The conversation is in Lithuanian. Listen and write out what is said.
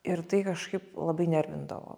ir tai kažkaip labai nervindavo